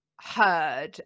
heard